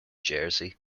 jersey